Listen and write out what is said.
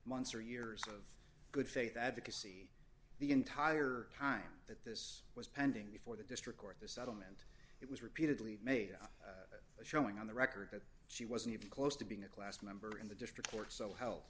or years of good faith advocacy the entire time that this was pending before the district court the settlement it was repeatedly made showing on the record that she wasn't even close to being a class member in the district court so health